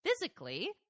physically